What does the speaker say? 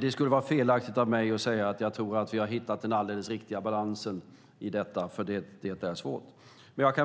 Det skulle vara fel av mig att säga att jag tror att vi hittat den alldeles riktiga balansen i detta, för det är svårt. Jag